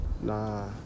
nah